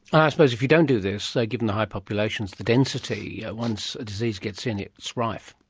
i suppose if you don't do this, like given the high populations, the density, once a disease gets in it's rife.